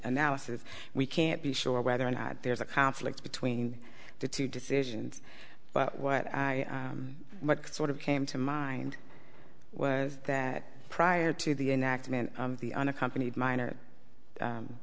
analysis we can't be sure whether or not there's a conflict between the two decisions but what i what sort of came to mind was that prior to the enactment of the unaccompanied minor